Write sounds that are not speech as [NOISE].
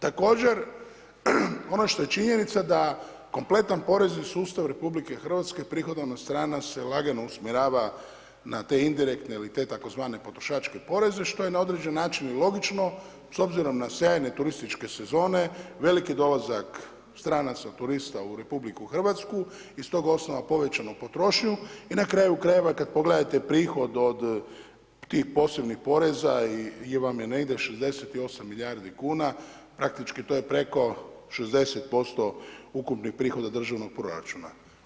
Također, ono što je činjenica da kompletan porezni sustav Republike Hrvatske, prihodovna strana se lagano usmjerava na te indirektne ili te tako zvane potrošačke poreze što je na određeni način i logično, s obzirom na sjajne turističke sezone, veliki dolazak stranaca turista u Republiku Hrvatsku i s tog osnova povećanu potrošnju, i na kraju krajeva kad pogledate prihod od tih posebnih poreza ... [UNINTELLIGIBLE] vam je negdje 68 milijardi kuna, praktički to je preko 60% ukupnih prihoda državnog proračuna.